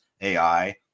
AI